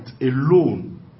alone